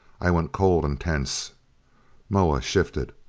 i went cold and tense moa shifted,